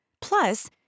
Plus